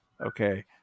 Okay